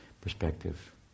perspective